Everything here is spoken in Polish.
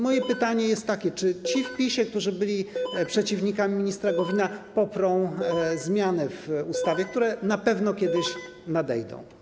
Moje pytanie jest takie: Czy ci w PiS-ie, którzy byli przeciwnikami ministra Gowina, poprą zmiany w ustawie, które na pewno kiedyś nadejdą?